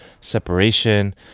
separation